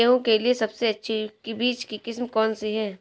गेहूँ के लिए सबसे अच्छी बीज की किस्म कौनसी है?